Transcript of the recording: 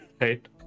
right